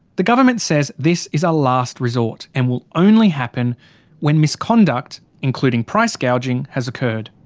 the government says this is a last resort and will only happen when misconduct including price gouging has occurred.